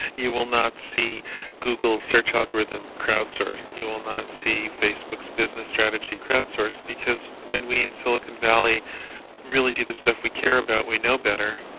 you will not see google's search algorithm crowdsourced. you will not see facebook's business strategy crowdsourced, because when we in silicon valley really do the stuff we care about, we know better.